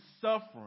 suffering